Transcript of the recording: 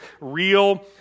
real